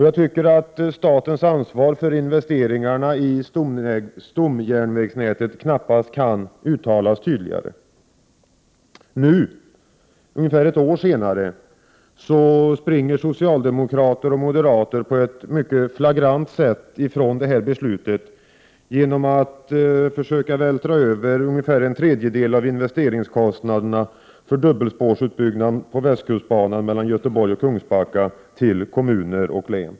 Jag tycker att statens ansvar för investeringarna i stomjärnvägsnätet knappast kan uttalas tydligare. Nu, ungefär ett år senare, springer socialdemokrater och moderater på ett mycket flagrant sätt ifrån detta beslut genom att försöka vältra över ungefär en tredjedel av investeringskostnaderna för dubbelspårsutbyggnaden på västkustbanan mellan Göteborg och Kungsbacka till kommuner och län.